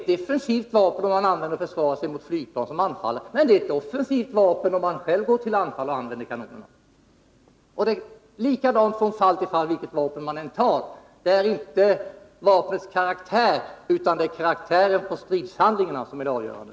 De är defensiva vapen, om man använder dem till att försvara sig mot flygplan som anfaller, men offensiva vapen om man själv går till anfall och använder kanonerna. Det är likadant vilket vapen man än tar: det är inte vapnets karaktär utan karaktären på stridshandlingarna som är det avgörande.